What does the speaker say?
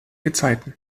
gezeiten